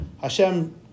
Hashem